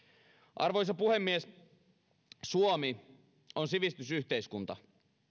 arvoisa puhemies suomi on sivistysyhteiskunta